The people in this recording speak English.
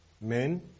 men